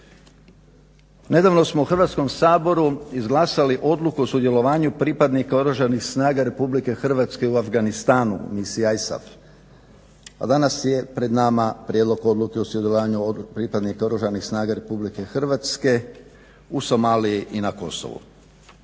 Nedavno smo u Hrvatskom saboru izglasali Odluku o sudjelovanju pripadnika Oružanih snaga Republike Hrvatske u Afganistanu u misiji ISAF, a danas je pred nama Prijedlog Odluke o sudjelovanju pripadnika Oružanih snaga Republike Hrvatske u Somaliji i na Kosovu.